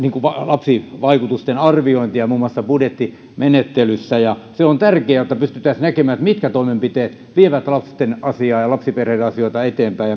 lapsivaikutusten arviointia muun muassa budjettimenettelyssä se on tärkeää jotta pystyttäisiin näkemään mitkä toimenpiteet vievät lasten asiaa ja lapsiperheiden asioita eteenpäin